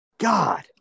God